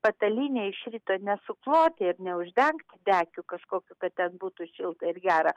patalynę iš ryto nesuploti ir neuždengti dekiu kažkokiu kad ten būtų šilta ir gera